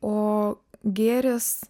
o gėris